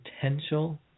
potential